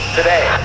today